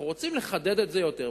אנחנו רוצים לחדד את זה יותר,